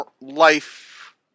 life